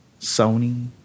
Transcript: Sony